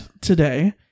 today